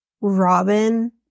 Robin